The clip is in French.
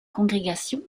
congrégations